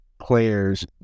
players